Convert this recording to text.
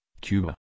Cuba